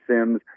Sims